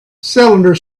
cylinder